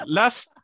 last